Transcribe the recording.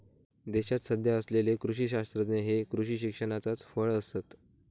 देशात सध्या असलेले कृषी शास्त्रज्ञ हे कृषी शिक्षणाचाच फळ आसत